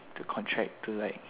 the contract to like